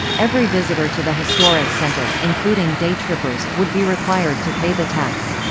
every visitor to the historic centre, including day-trippers, would be required to pay the tax.